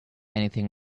anything